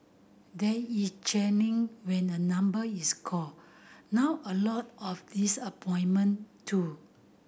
there is cheering when a number is called now a lot of disappointment too